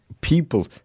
people